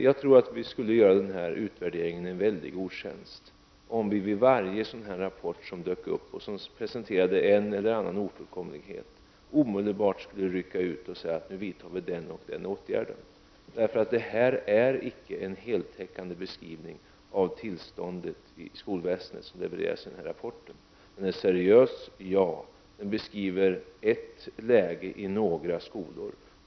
Jag tror att vi skulle göra denna utvärdering en väldig otjänst om vi, i samband med varje sådan här rapport som dök upp och som presenterade en eller annan ofullkomlighet, omedelbart skulle rycka ut och säga att vi vidtar den eller den åtgärden. Det är icke en heltäckande beskrivning av tillståndet i skolväsendet som levereras i denna rapport. Den är seriös, och den beskriver ett läge i några skolor.